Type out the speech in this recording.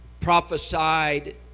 prophesied